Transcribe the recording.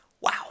Wow